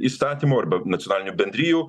įstatymų arba nacionalinių bendrijų